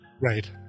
Right